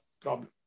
problem